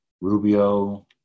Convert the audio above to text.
Rubio